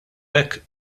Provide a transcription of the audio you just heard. hekk